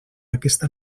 aquesta